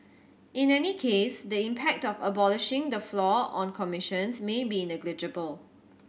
in any case the impact of abolishing the floor on commissions may be negligible